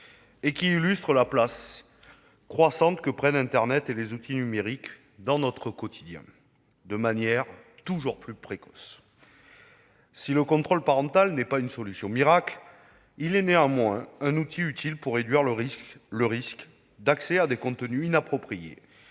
et qui illustre la place croissante que prennent internet et les outils numériques dans notre quotidien, de manière toujours plus précoce. Si le contrôle parental n'est pas une solution miracle, il est néanmoins un outil utile pour réduire le risque d'accéder à des contenus inappropriés,